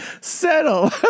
settle